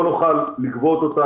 לא נוכל לגבות אותה,